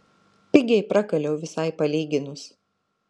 pigiai prakaliau visai palyginus